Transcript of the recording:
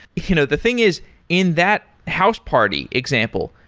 you know the thing is in that house party example,